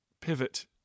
pivot